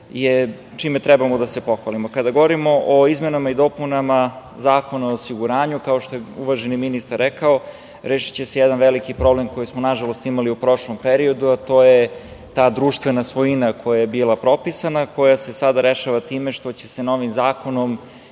čime treba da se pohvalimo. Kada govorimo o izmenama i dopunama Zakona o osiguranju, kao što je uvaženi ministar rekao, rešiće se jedan veliki problem koji smo nažalost imali u prošlom periodu, a to je ta društvena svojina koja je bila propisana, koja se sada rešava time što će se novim zakonom